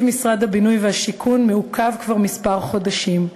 משרד הבינוי והשיכון מעוכב כבר כמה חודשים,